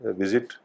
visit